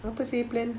apa seh plan